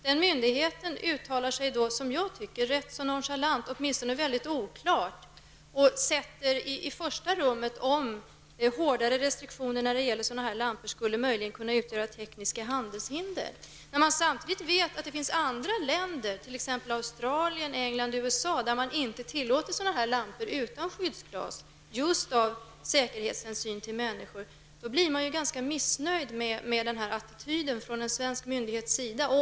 Den myndigheten uttalar sig ganska nonchalant, åtminstone mycket oklart, och sätter i första rummet frågan om hårdare restriktioner när det gäller dessa lampor möjliagen skulle kunna utgöra tekniska handelshinder. Samtidigt vet man att det finns andra länder, t ex Australien, England och USA, där man inte tillåter sådana lampor utan skyddsglas just av hänsyn till säkerheten för människor. Då blir man ganska missnöjd med den här attityden från en svensk myndighet.